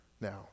Now